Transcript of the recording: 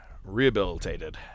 Rehabilitated